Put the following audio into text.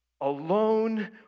alone